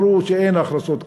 אמרו שאין הכנסות כאלה,